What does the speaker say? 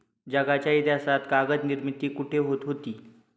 जगाच्या इतिहासात कागद निर्मिती कुठे होत होती?